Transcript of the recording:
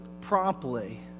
promptly